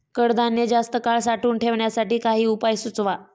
कडधान्य जास्त काळ साठवून ठेवण्यासाठी काही उपाय सुचवा?